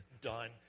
done